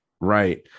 right